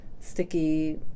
sticky